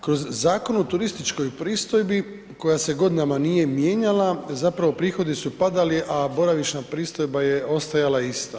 Kroz Zakon o turističkoj pristojbi koja se godinama nije mijenjala, zapravo prihodi su padali, a boravišna pristojba je ostajala ista.